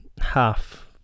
half